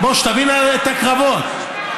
שתבין את הקרבות.